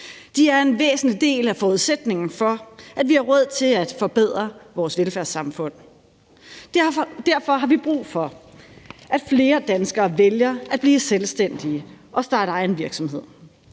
De er en væsentlig del af forudsætningen for, at vi har råd til at forbedre vores velfærdssamfund. Derfor har vi brug for, at flere danskere vælger at blive selvstændige og starte egen virksomhed.